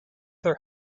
their